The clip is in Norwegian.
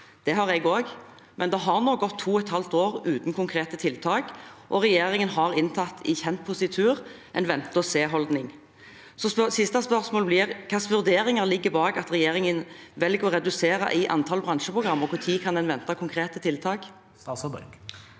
Det har jeg også, men det har nå gått to og et halvt år uten konkrete tiltak. Regjeringen har i kjent positur inntatt en vente-og-se-holdning. Det siste spørsmålet blir: Hva slags vurderinger ligger bak at regjeringen velger å redusere antall bransjeprogrammer, og når kan en vente konkrete tiltak? Statsråd